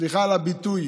סליחה על הביטוי,